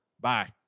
Bye